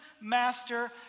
Master